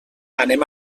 anem